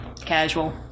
casual